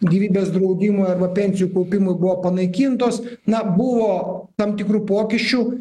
gyvybės draudimo pensijų kaupimą buvo panaikintos na buvo tam tikrų pokyčių